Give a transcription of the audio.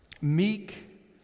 meek